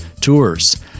tours